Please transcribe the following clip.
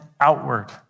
outward